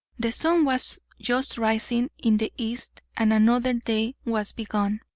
the sun was just rising in the east and another day was begun.